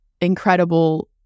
incredible